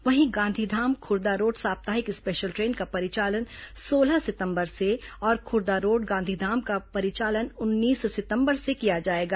वहीं गांधीधाम खुर्दारोड साप्ताहिक special train का परिचालन सोलह सितंबर से और खुर्दारोड गांधीधाम का परिचालन उन्नीस सितंबर से किया जाएगा